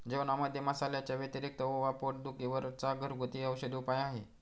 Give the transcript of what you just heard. जेवणामध्ये मसाल्यांच्या व्यतिरिक्त ओवा पोट दुखी वर चा घरगुती औषधी उपाय आहे